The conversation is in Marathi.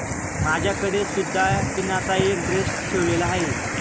माझ्याकडे सुद्धा पिनाचा एक ड्रेस ठेवलेला आहे